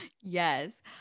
Yes